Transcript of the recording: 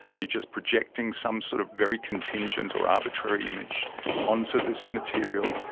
are you just projecting some sort of very contingent or arbitrary image onto this material?